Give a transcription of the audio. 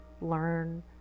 learn